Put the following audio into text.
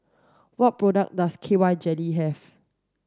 what products does K Y jelly have